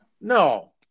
No